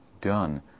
done